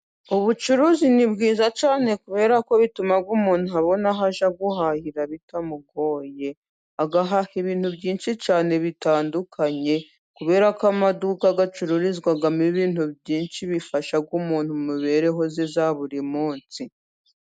Ubucuruzi ni bwiza cyane kuberako bituma umuntu abona aho ajya guhahira bitamugoye, agahaha ibintu byinshi cyane bitandukanye, kuberako amaduka acururizwamo ibintu byinshi bifasha umuntu mu mibereho ye ya buri munsi.